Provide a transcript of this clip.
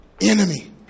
enemy